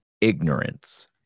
ignorance